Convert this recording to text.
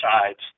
sides